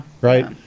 Right